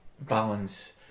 balance